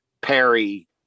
Perry